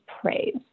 praise